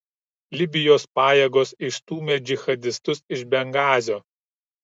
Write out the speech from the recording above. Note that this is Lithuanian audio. libijos pajėgos išstūmė džihadistus iš bengazio